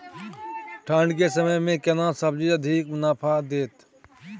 ठंढ के समय मे केना सब्जी अधिक मुनाफा दैत?